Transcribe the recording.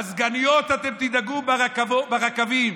מזגניות, אתם תדאגו לזה ברכבים.